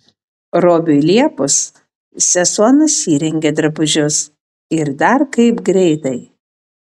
robiui liepus sesuo nusirengė drabužius ir dar kaip greitai